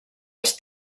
als